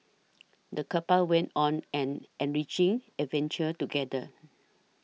the couple went on an enriching adventure together